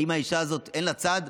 האם האישה הזאת, אין לה צד?